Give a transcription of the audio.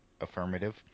affirmative